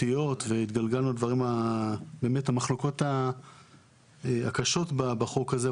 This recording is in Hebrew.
המהותיות והתגלגלנו למחלוקות הקשות בחוק הזה.